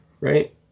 right